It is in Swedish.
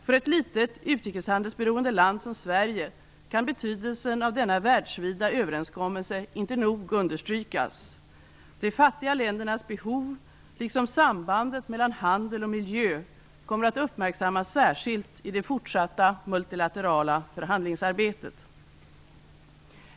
För ett litet utrikeshandelsberoende land som Sverige kan betydelsen av denna världsvida överenskommelse inte nog understrykas. De fattiga ländernas behov liksom sambandet mellan handel och miljö kommer att uppmärksammas särskilt i det fortsatta multilaterala förhandlingsarbetet.